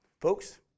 Folks